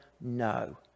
no